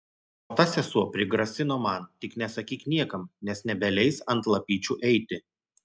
o ta sesuo dar prigrasino man tik nesakyk niekam nes nebeleis ant lapyčių eiti